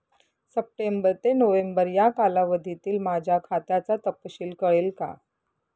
September ते November या कालावधीतील माझ्या खात्याचा तपशील कळेल का?